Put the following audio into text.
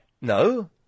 No